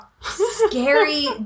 Scary